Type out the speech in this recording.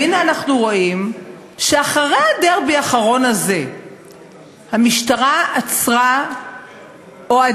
והנה אנחנו רואים שאחרי הדרבי האחרון הזה המשטרה עצרה אוהדים,